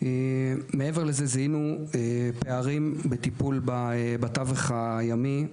זיהינו פערים בטיפול בתווך הימי.